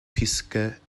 puisque